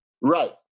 Right